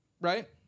right